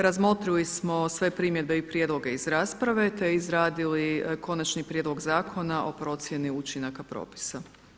Razmotrili smo sve primjedbe i prijedloge iz rasprave, te izradili Konačni prijedlog Zakona o procjeni učinaka propisa.